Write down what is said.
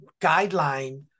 guideline